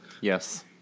Yes